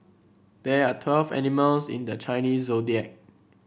there are twelve animals in the Chinese Zodiac